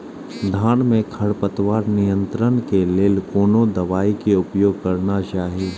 धान में खरपतवार नियंत्रण के लेल कोनो दवाई के उपयोग करना चाही?